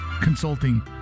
consulting